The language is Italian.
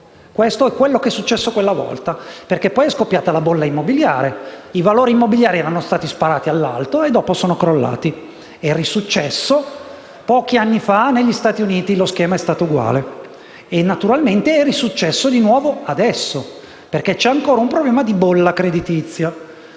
Questo è quanto è successo quella volta, perché poi è scoppiata la bolla immobiliare: i valori immobiliari erano stati sparati verso l'alto e dopo sono crollati. È successo di nuovo pochi anni fa negli Stati Uniti e lo schema è stato uguale e naturalmente è successo di nuovo adesso, perché c'è ancora un problema di bolla creditizia.